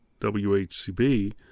WHCB